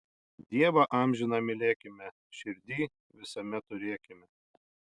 dievą amžiną mylėkime širdyj visame turėkime